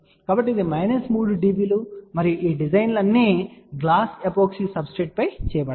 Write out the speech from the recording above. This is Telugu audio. కాబట్టి ఇది 3 dB మరియు ఈ డిజైన్లన్నీ గ్లాస్ ఎపోక్సీ సబ్స్ట్రేట్ పై చేయబడతాయి